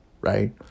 right